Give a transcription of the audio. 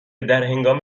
درهنگام